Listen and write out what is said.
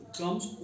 comes